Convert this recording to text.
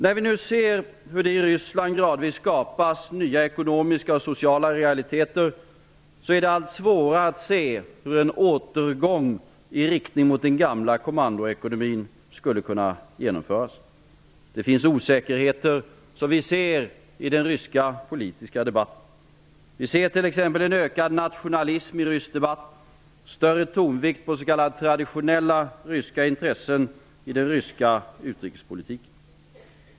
Det vi nu ser är hur det i Ryssland gradvis skapas de nya ekonomiska och sociala realiteter som gör det allt svårare att se hur en återgång i riktning mot den gamla kommandoekonomien -- och därmed en varaktig auktoritär restauration -- skulle kunna genomföras. Samtidigt är det uppenbart att de demokratiska partiernas nederlag i parlamentsvalen, tillsammans med en rad förändringar i maktstrukturen, ger anledning till farhågor för framtiden. Det är också tydligt att vi ser en ökad nationalism i rysk debatt och en större tonvikt på s.k. traditionella ryska intressen i Rysslands utrikespolitik.